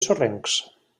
sorrencs